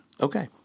Okay